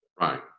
Right